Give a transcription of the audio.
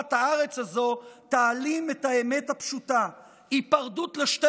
כברת הארץ הזאת תעלים את האמת הפשוטה: היפרדות לשתי